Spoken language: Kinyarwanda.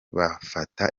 bafata